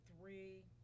three